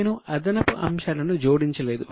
నేను అదనపు అంశాలను జోడించలేదు